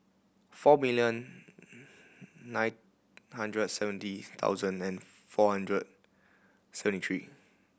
four million nine hundred and seventy thousand four hundred seventy three